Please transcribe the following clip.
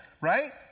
Right